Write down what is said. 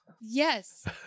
Yes